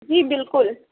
جی بالکل